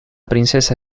princesa